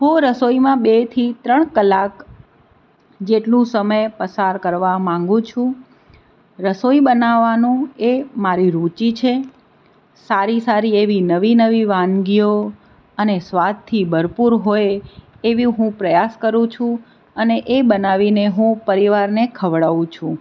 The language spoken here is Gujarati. હું રસોઈમાં બે થી ત્રણ કલાક જેટલું સમય પસાર કરવા માગું છું રસોઈ બનાવવાનું એ મારી રુચિ છે સારી સારી એવી નવી નવી વાનગીઓ અને સ્વાદથી ભરપૂર હોય એવી હું પ્રયાસ કરું છું અને એ બનાવીને હું પરિવારને ખવડાવું છું